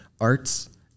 arts